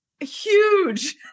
huge